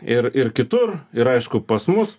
ir ir kitur ir aišku pas mus